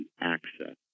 access